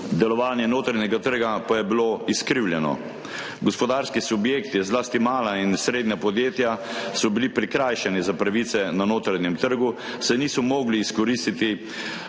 delovanje notranjega trga pa je bilo izkrivljeno. Gospodarski subjekti, zlasti mala in srednja podjetja, so bili prikrajšani za pravice na notranjem trgu, saj niso mogli izkoristiti